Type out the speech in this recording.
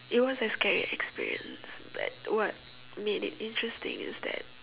it was a scary experience but what made it interesting is that